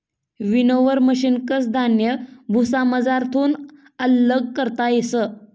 winnower मशिनकन धान्य भुसामझारथून आल्लग करता येस